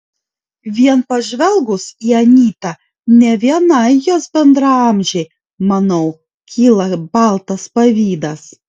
vien pažvelgus į anytą ne vienai jos bendraamžei manau kyla baltas pavydas